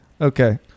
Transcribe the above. Okay